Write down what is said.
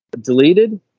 deleted